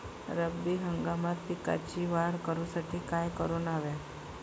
रब्बी हंगामात पिकांची वाढ करूसाठी काय करून हव्या?